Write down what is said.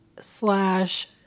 slash